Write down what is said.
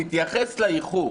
תתייחס לאיחור.